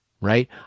right